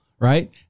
Right